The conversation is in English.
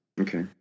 Okay